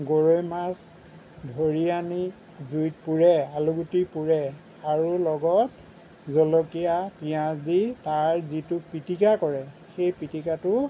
গৰৈ মাছ ধৰি আনি জুইত পুৰে আলুগুটি পুৰে আৰু লগত জলকীয়া পিঁয়াজ দি তাৰ যিটো পিটিকা কৰে সেই পিতিকাটো